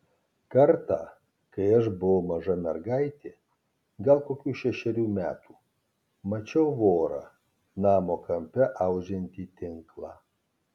kartą kai aš buvau maža mergaitė gal kokių šešerių metų mačiau vorą namo kampe audžiantį tinklą